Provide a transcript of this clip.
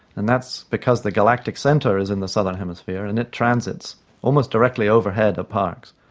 and that's because the galactic centre is in the southern hemisphere and it transits almost directly overhead at parkes.